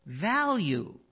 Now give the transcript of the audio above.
value